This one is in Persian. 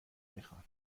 میخان